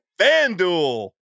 FanDuel